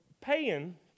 paying